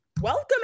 Welcome